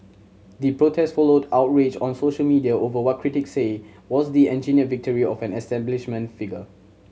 the protest followed outrage on social media over what critic say was the engineered victory of an establishment figure